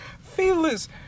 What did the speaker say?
Feelers